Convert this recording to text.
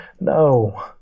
no